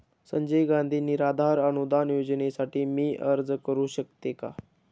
संजय गांधी निराधार अनुदान योजनेसाठी मी अर्ज करू शकते का?